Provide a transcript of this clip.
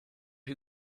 who